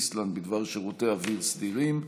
איסלנד בדבר שירותי אוויר סדירים.